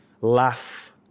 laugh